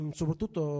soprattutto